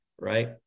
right